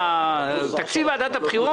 לתקציב?